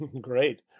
Great